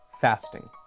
Fasting